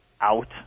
out